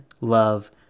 love